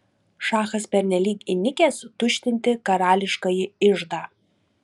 šachas pernelyg įnikęs tuštinti karališkąjį iždą